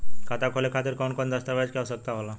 खाता खोले खातिर कौन कौन दस्तावेज के आवश्यक होला?